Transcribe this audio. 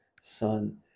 Son